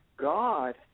God